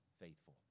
faithful